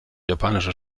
japanische